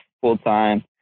full-time